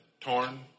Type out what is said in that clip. torn